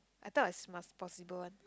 I thought is must possible one